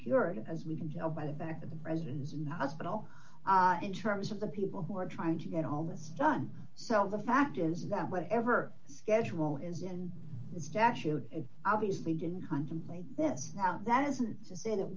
cured as we can tell by the fact that the president is in the hospital in terms of the people who are trying to get home is done so the fact is that whatever schedule is in the statute and obviously didn't contemplate this route that isn't to say that